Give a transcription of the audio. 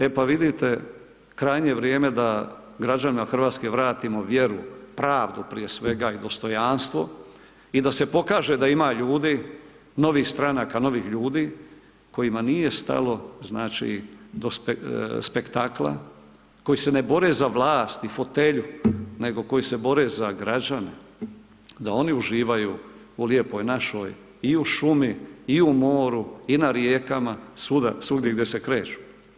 E pa vidite, krajnje je vrijeme da građana Hrvatske vratimo vjeru, pravdu prije svega i dostojanstvo, i da se pokaže da ima ljudi, novih stranaka, novih ljudi kojima nije stalo znači do spektakla, koji se ne bore za vlast i fotelju, nego koji se bore za građane, da oni uživaju u Lijepoj našoj, i u šumi, i u moru, i na rijekama, svuda, svugdje se kreću.